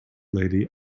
lady